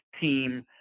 team